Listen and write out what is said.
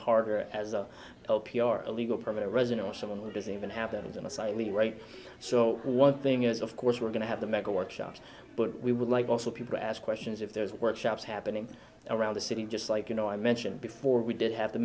harder as a p r a legal permanent resident or someone has even happened in a slightly right so one thing is of course we're going to have the mega workshops but we would like also people ask questions if there's workshops happening around the city just like you know i mentioned before we did have the